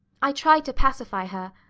i tried to pacify her,